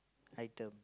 item